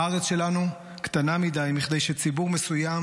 הארץ שלנו קטנה מדי מכדי שציבור מסוים